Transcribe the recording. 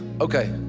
okay